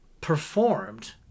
performed